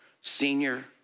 senior